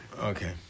Okay